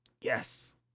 yes